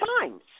times